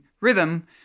rhythm